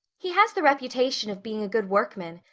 he has the reputation of being a good workman,